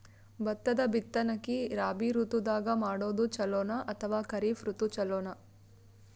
ಭತ್ತದ ಬಿತ್ತನಕಿ ರಾಬಿ ಋತು ದಾಗ ಮಾಡೋದು ಚಲೋನ ಅಥವಾ ಖರೀಫ್ ಋತು ಚಲೋನ?